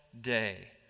day